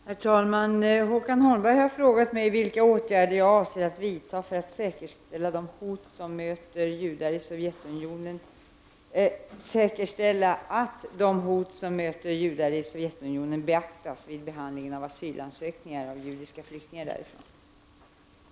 Herr talman! Håkan Holmberg har frågat mig vilka åtgärder jag avser att vidta för att säkerställa att de hot som möter judar i Sovjetunionen beaktas vid behandlingen av asylansökningar av judiska flyktingar därifrån.